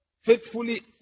Faithfully